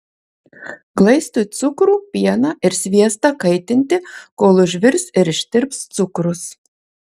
glaistui cukrų pieną ir sviestą kaitinti kol užvirs ir ištirps cukrus